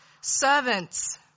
servants